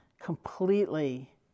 completely